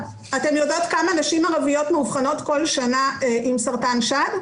אתן יודעות כמה נשים ערביות מאובחנות כל שנה עם סרטן שד?